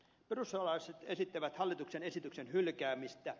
perussuomalaiset esittävät hallituksen esityksen hylkäämistä